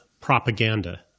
propaganda